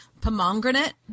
pomegranate